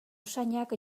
usainak